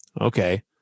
Okay